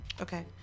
okay